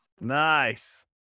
Nice